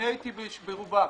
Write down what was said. הייתי ברובם.